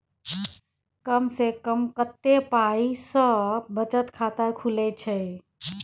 कम से कम कत्ते पाई सं बचत खाता खुले छै?